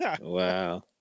Wow